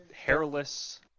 hairless